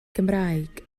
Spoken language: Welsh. gymraeg